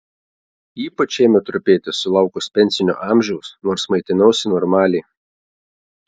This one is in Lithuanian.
ypač ėmė trupėti sulaukus pensinio amžiaus nors maitinausi normaliai